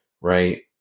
right